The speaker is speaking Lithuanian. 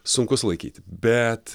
sunku sulaikyti bet